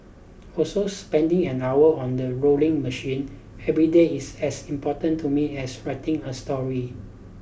also spending an hour on the rowing machine every day is as important to me as writing a story